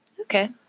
Okay